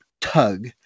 tug